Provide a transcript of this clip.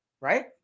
right